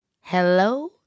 Hello